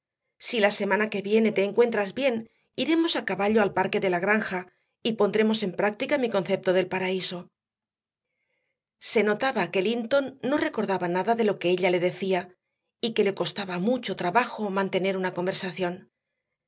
si la semana que viene te encuentras bien iremos a caballo al parque de la granja y pondremos en práctica mi concepto del paraíso se notaba que linton no recordaba nada de lo que ella le decía y que le costaba mucho trabajo mantener una conversación